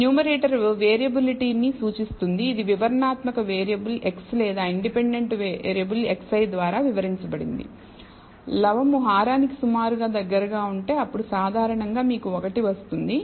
numerator వేరియబిలిటీని సూచిస్తుంది ఇది వివరణాత్మక వేరియబుల్ x లేదా ఇండిపెండెంట్ వేరియబుల్ xi ద్వారా వివరించబడింది లవము హారానికి సుమారుగా దగ్గరగా ఉంటే అప్పుడు సాధారణంగా మీకు 1 వస్తుంది